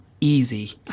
easy